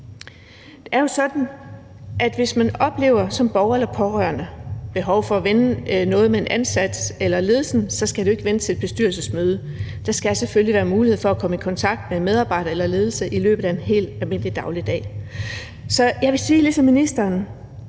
Det er jo sådan, at hvis man som borger eller pårørende oplever behov for at vende noget med en ansat eller ledelsen, skal det jo ikke vente til et bestyrelsesmøde. Der skal selvfølgelig være mulighed for at komme i kontakt med en medarbejder eller ledelsen i løbet af en helt almindelig dag i dagligdagen. Så jeg vil sige ligesom ministeren: